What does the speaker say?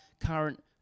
current